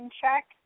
check